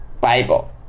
Bible